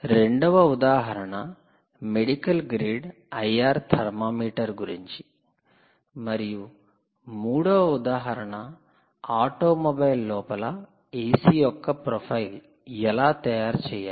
రెండవ ఉదాహరణ medical grade IR thermometer గురించి మరియు మూడవ ఉదాహరణ ఆటోమొబైల్ లోపల ఎసి యొక్క ప్రొఫైల్ ఎలా తయారు చేయాలో